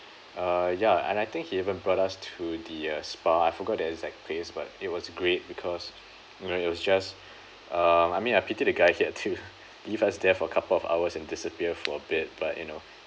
uh ya and I think he even brought us to the uh spa I forgot the exact place but it was great because you know it was just um I mean I pitied the guy he had to leave us there for a couple of hours and disappear for a bit but you know